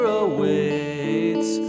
awaits